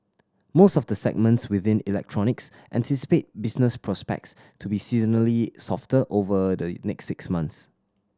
most of the segments within electronics anticipate business prospects to be seasonally softer over the next six months